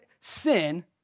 sin